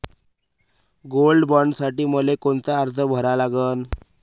Gold बॉण्डसाठी मले कोनचा अर्ज भरा लागन?